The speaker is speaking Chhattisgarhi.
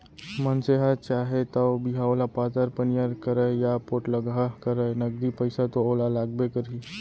मनसे ह चाहे तौ बिहाव ल पातर पनियर करय या पोठलगहा करय नगदी पइसा तो ओला लागबे करही